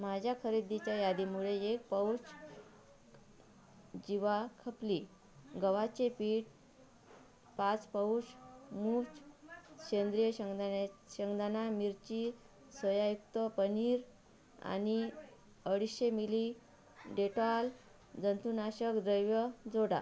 माझ्या खरेदीच्या यादीमध्ये एक पाऊच जीवा खपली गव्हाचे पीठ पाच पाऊच मूज सेंद्रीय शेंगदाणे शेंगदाणा मिरची सोयायुक्त पनीर आणि अडीचशे मिली डेटाॅल जंतूनाशक द्रव्य जोडा